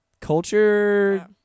Culture